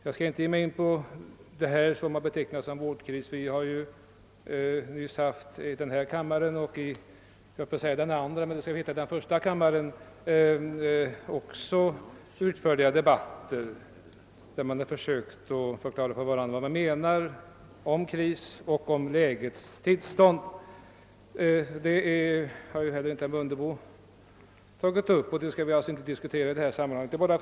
Jag skall inte ge mig in på att diskutera det som har betecknats som en vårdkris — vi har ju nyligen i denna kammare liksom i första kammaren haft utförliga debatter varvid man försökt förklara för varandra vad man menar med kris och klargöra läget. Detta ämne har ju inte heller herr Mundebo tagit upp.